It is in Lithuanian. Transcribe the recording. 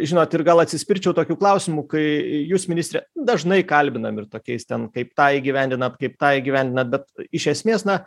žinot ir gal atsispirčiau tokiu klausimu kai jus ministre dažnai kalbinam ir tokiais ten kaip tą įgyvendinat kaip tą įgyvendinat bet iš esmės na